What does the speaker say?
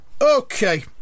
Okay